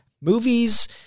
Movies